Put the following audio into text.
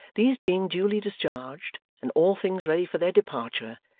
these being duly discharged and all things ready for their departure,